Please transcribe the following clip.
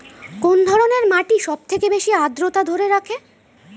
কোন ধরনের মাটি সবথেকে বেশি আদ্রতা ধরে রাখে?